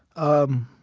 um,